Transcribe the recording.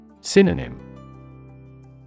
Synonym